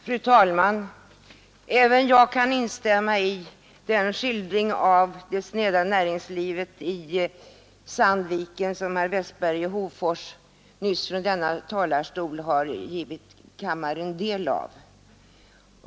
Fru talman! Även jag kan instämma i den skildring av det sneda näringslivet i Sandviken som herr Westberg i Hofors nyss från denna talarstol har givit kammaren del av.